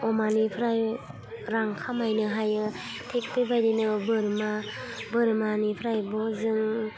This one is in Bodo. अमानिफ्राय रां खामायनो हायो थिग बेबादिनो बोरमा बोरमानिफ्रायबो जों